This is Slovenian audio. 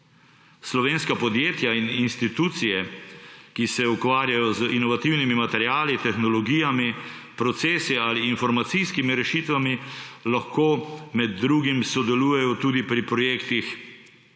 Slovenska podjetja in institucije, ki se ukvarjajo z inovativnimi materiali, tehnologijami, procesi ali informacijskimi rešitvami, lahko med drugim sodelujejo tudi pri projektih,